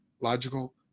logical